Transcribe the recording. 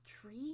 tree